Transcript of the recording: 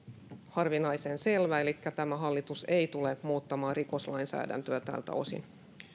harvinaisen selvä elikkä tämä hallitus ei tule muuttamaan rikoslainsäädäntöä tältä osin